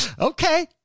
Okay